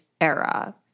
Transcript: era